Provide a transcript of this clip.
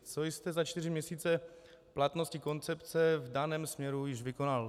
Co jste za čtyři měsíce platnosti koncepce v daném směru již vykonal?